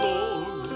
Lord